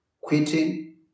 Quitting